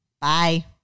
Bye